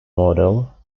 model